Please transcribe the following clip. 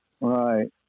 right